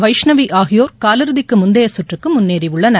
வைஷ்ணவி ஆகியோர் காலிறதிக்கு முந்தைய சுற்றுக்கு முன்னேறியுள்ளனர்